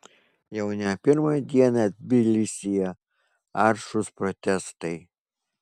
jau ne pirmą dieną tbilisyje aršūs protestai